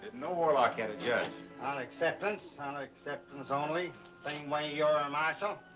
know warlock had ajudge. on acceptance on acceptance only. same way you're a marshal.